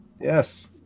Yes